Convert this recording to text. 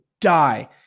die